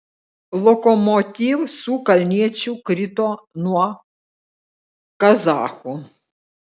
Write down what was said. lokomotiv su kalniečiu krito nuo kazachų